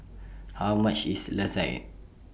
How much IS Lasagne